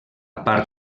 part